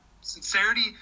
Sincerity